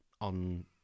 on